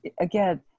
again